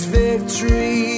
victory